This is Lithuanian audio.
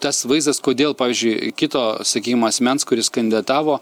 tas vaizdas kodėl pavyzdžiui kito sakykim asmens kuris kandidatavo